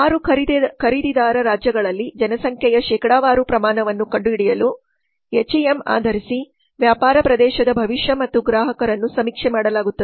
ಆರು ಖರೀದಿದಾರ ರಾಜ್ಯಗಳಲ್ಲಿ ಜನಸಂಖ್ಯೆಯ ಶೇಕಡಾವಾರು ಪ್ರಮಾಣವನ್ನು ಕಂಡುಹಿಡಿಯಲು ಎಚ್ಇಎಂ ಆಧರಿಸಿ ವ್ಯಾಪಾರ ಪ್ರದೇಶದ ಭವಿಷ್ಯ ಮತ್ತು ಗ್ರಾಹಕರನ್ನು ಸಮೀಕ್ಷೆ ಮಾಡಲಾಗುತ್ತದೆ